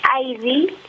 Ivy